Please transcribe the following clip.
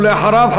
ואחריו,